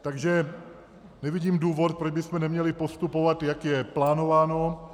Takže nevidím důvod, proč bychom neměli postupovat, jak je plánováno.